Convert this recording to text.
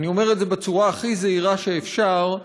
אני אומר את זה בצורה הכי זהירה שאפשר,